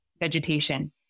vegetation